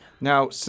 Now